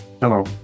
Hello